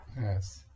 Yes